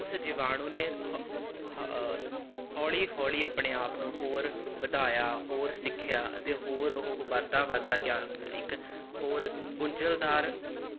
ਉਸ ਜੀਵਾਣੂ ਨੇ ਹ ਹ ਹੌਲ਼ੀ ਹੌਲ਼ੀ ਆਪਣੇ ਆਪ ਨੂੰ ਹੋਰ ਵਧਾਇਆ ਹੋਰ ਸਿੱਖਿਆ ਅਤੇ ਹੋਰ ਉਹ ਵੱਧਦਾ ਵੱਧਦਾ ਗਿਆ ਇੱਕ ਹੋਰ ਗੁੰਝਲਦਾਰ